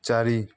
ଚାରି